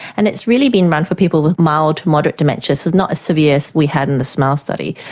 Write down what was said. and it has really been run for people with mild to moderate dementia, so not as severe as we had in the smile study.